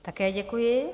Také děkuji.